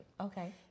Okay